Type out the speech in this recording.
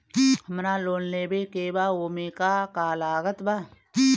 हमरा लोन लेवे के बा ओमे का का लागत बा?